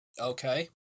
Okay